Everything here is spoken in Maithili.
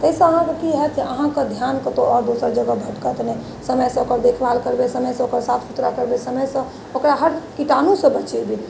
ताहिसँ अहाँकऽ की होयत जे अहाँकेँ ध्यान कतहुँ आओर दोसर जगह भटकत कनि समयसँ देखभाल करबै समयसँ ओकर साफ सुथरा करबै समयसँ ओकरा हर कीटाणुसँ बचेबै